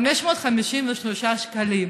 553 שקלים.